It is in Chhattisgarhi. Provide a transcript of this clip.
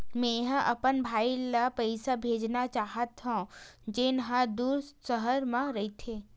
मेंहा अपन भाई ला पइसा भेजना चाहत हव, जेन हा दूसर शहर मा रहिथे